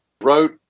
wrote